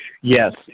yes